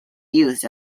used